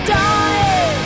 die